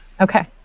Okay